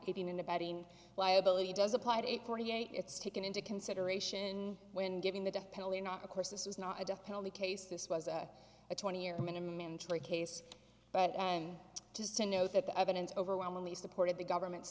keeping and abetting liability does apply at eight forty eight it's taken into consideration when giving the death penalty or not of course this is not a death penalty case this was a twenty year minimum mandatory case but and just to know that the evidence overwhelmingly supported the government's